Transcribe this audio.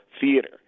theater